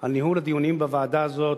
על ניהול הדיונים בוועדה הזאת,